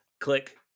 click